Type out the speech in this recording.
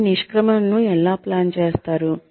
మీ నిష్క్రమణను ఎలా ప్లాన్ చేస్తారు